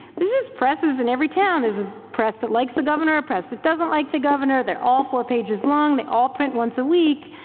there's just presses in every town. there's a press that likes the governor, press that doesn't like the governor. they're all four-pages long. they all print once a week.